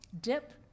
dip